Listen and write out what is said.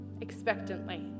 expectantly